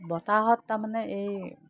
বতাহত তাৰমানে এই